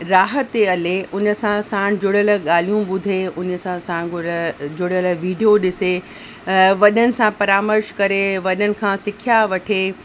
राह ते हले उन सां साण जुड़ियलु ॻाल्हियूं ॿुधे उन सां सां गुर जुड़ियलु वीडियो ॾिसे वॾनि सां परामर्श करे वॾनि सां सिखिया वठे